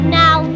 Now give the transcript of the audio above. now